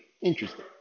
interesting